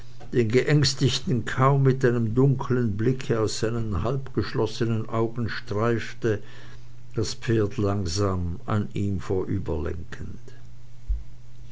den geängstigten kaum mit einem dunkeln blicke aus seinen halbgeschlossenen augen streifte das pferd langsam an ihm